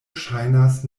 ŝajnas